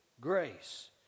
grace